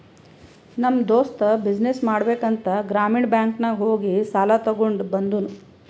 ನಮ್ ದೋಸ್ತ ಬಿಸಿನ್ನೆಸ್ ಮಾಡ್ಬೇಕ ಅಂತ್ ಗ್ರಾಮೀಣ ಬ್ಯಾಂಕ್ ನಾಗ್ ಹೋಗಿ ಸಾಲ ತಗೊಂಡ್ ಬಂದೂನು